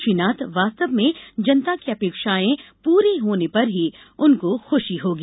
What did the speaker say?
श्री नाथ वास्तव में जनता की अपेक्षाएं पूरी होने पर ही उनको खुशी होगी